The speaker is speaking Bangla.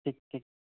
ঠিক ঠিক